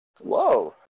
whoa